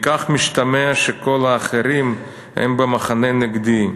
מכך משתמע שכל האחרים הם במחנה נגדי,